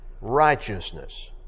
righteousness